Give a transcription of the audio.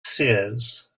seers